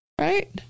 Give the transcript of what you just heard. right